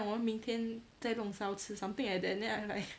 我们明天再弄烧吃 something like that then I'm like